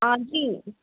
आती हूँ